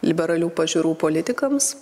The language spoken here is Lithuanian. liberalių pažiūrų politikams